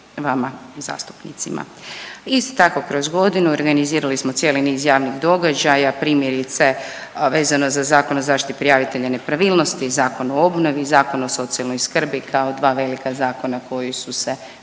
vama zastupnicima. Isto tako kroz godinu organizirali smo cijeli niz javnih događaja primjerice vezano za Zakon o zaštiti prijavitelja nepravilnosti, Zakon o obnovi, Zakon o socijalnoj skrbi kao dva velika zakona koji su se